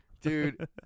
Dude